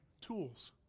tools